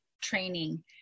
training